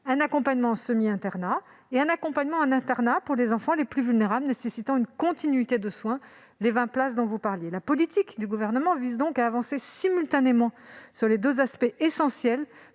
un accompagnement en semi-internat et un accompagnement en internat pour les enfants les plus vulnérables, nécessitant une continuité des soins- il s'agit des 20 places que vous évoquiez. La politique du Gouvernement vise donc à avancer simultanément sur les deux aspects essentiels